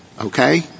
okay